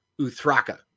Uthraka